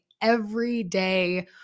everyday